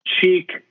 Cheek